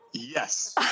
Yes